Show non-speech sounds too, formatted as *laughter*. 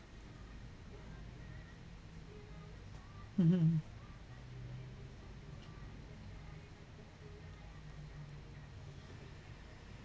*laughs*